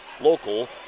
local